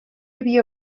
havia